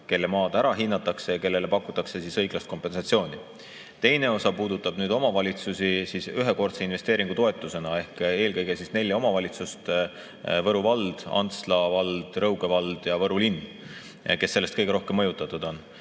kelle maad ära hinnatakse ja kellele pakutakse õiglast kompensatsiooni. Teine osa puudutab omavalitsusi ühekordse investeeringutoetusena ehk eelkõige nelja omavalitsust – Võru valda, Antsla valda, Rõuge valda ja Võru linna –, kes sellest kõige rohkem mõjutatud on,